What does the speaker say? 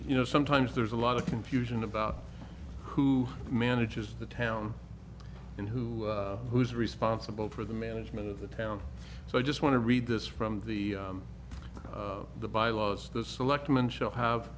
you know sometimes there's a lot of confusion about who manages the town and who who's responsible for the management of the town so i just want to read this from the the bylaws the selectmen shall have